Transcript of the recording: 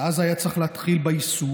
שאז היה צריך להתחיל ביישום,